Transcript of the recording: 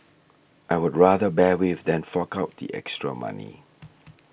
I would rather bear with than fork out the extra money